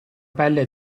pelle